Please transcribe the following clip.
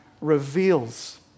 reveals